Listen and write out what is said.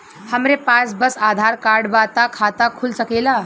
हमरे पास बस आधार कार्ड बा त खाता खुल सकेला?